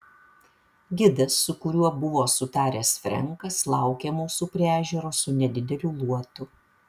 gidas su kuriuo buvo sutaręs frenkas laukė mūsų prie ežero su nedideliu luotu